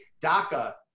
daca